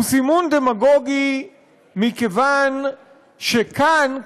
הוא סימון דמגוגי מכיוון שכאן,